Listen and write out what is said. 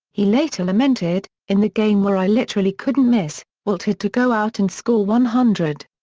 he later lamented, in the game where i literally couldn't miss, wilt had to go out and score one hundred.